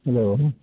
hello